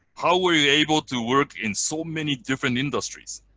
how were you able to work in so many different industries?